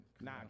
Nah